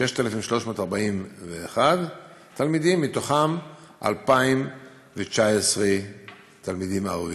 6,341 תלמידים, מהם 2,019 תלמידים ערבים.